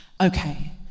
Okay